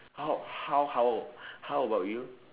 how how how how about you